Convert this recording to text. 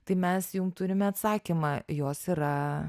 tai mes jum turime atsakymą jos yra